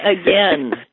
again